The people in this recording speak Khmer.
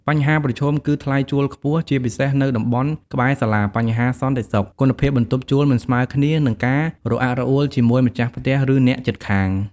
បញ្ហាប្រឈមគឺថ្លៃជួលខ្ពស់ ជាពិសេសនៅតំបន់ក្បែរសាលា បញ្ហាសន្តិសុខ គុណភាពបន្ទប់ជួលមិនស្មើគ្នា និងការរអាក់រអួលជាមួយម្ចាស់ផ្ទះ ឬអ្នកជិតខាង។